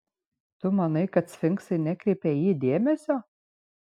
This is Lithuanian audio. tu manai kad sfinksai nekreipia į jį dėmesio